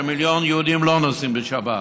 כשמיליון יהודים לא נוסעים בשבת,